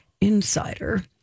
insider